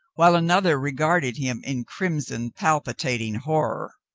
while another regarded him in crimson, palpi tating horror.